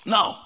Now